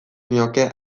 nioke